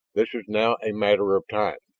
this is now a matter of time.